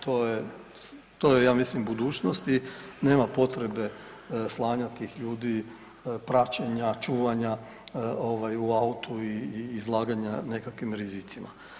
To je ja mislim budućnosti nema potrebe slanja tih ljudi, praćenja, čuvanja u autu i izlaganja nekakvim rizicima.